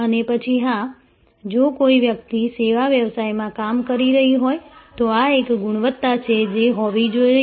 અને પછી હા જો કોઈ વ્યક્તિ સેવા વ્યવસાયમાં કામ કરી રહી હોય તો આ એક ગુણવત્તા છે જે હોવી જ જોઈએ